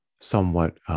somewhat